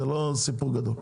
זה לא סיפור גדול,